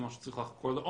זה משהו שצריך לחקור לעומק,